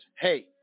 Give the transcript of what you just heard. hey